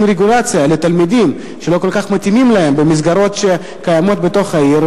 רגולציה לתלמידים שלא כל כך מתאימים להם במסגרות שקיימות בתוך העיר,